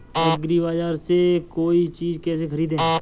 एग्रीबाजार से कोई चीज केसे खरीदें?